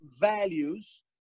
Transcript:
values